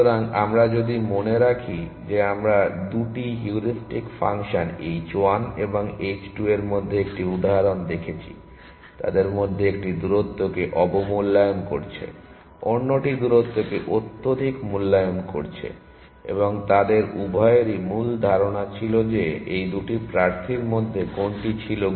সুতরাং আমরা যদি মনে রাখি যে আমরা 2টি হিউরিস্টিক ফাংশন h 1 এবং h 2 এর মধ্যে একটি উদাহরণ দেখেছি তাদের মধ্যে একটি দূরত্বকে অবমূল্যায়ন করছে অন্যটি দূরত্বকে অত্যধিক মূল্যায়ন করছে এবং তাদের উভয়েরই ভুল ধারণা ছিল যে এই দুটি প্রার্থীর মধ্যে কোনটি ছিল